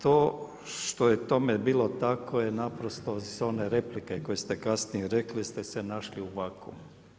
To što je tome bilo tako je naprosto i za one replike koje ste kasnije rekli ste se našli u vakuumu.